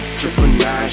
triple-Nine